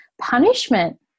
punishment